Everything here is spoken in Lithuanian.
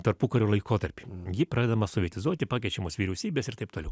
tarpukario laikotarpį ji pradedama sovietizuoti pakenčiamos vyriausybės ir taip toliau